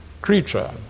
creature